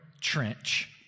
Trench